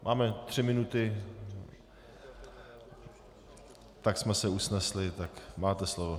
Máme tři minuty, tak jsme se usnesli, tak máte slovo.